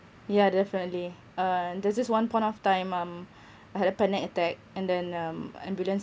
ya definitely uh there's this one point of time um I had a panic attack and then um ambulance